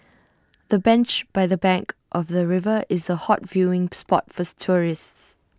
the bench by the bank of the river is A hot viewing spot forth tourists